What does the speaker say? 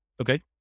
Okay